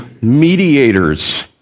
mediators